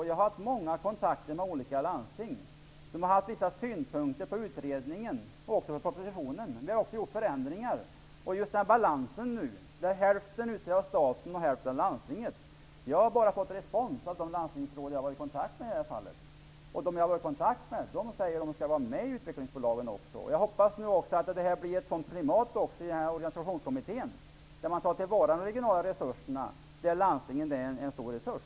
Jag har haft många kontakter med olika landsting. De har haft vissa synpunkter på utredningen och propositionen. Vi har gjort förändringar. Nu finns en balans. Staten och landstinget står för varsin hälft. Jag har fått respons från de landstingsråd jag har varit i kontakt med i det här fallet. De jag har varit i kontakt med säger att landstingen skall vara med i utvecklingsbolagen. Jag hoppas att det blir ett sådant klimat i organisationskommittén så att man tar till vara de regionala resurserna. Landstinget utgör en stor resurs.